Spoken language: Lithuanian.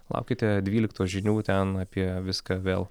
laukite dvyliktos žinių ten apie viską vėl